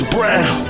Brown